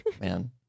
man